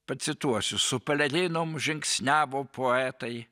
pacituosiu su pelerinom žingsniavo poetai